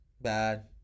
bad